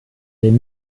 den